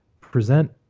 present